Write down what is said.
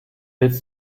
jetzt